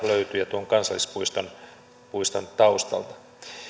löytyy suomussalmelta ja tuon kansallispuiston taustalta